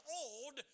old